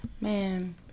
man